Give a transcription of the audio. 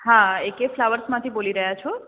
હા એકે ફ્લાવરસ માંથી બોલી રહ્યા છો